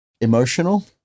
emotional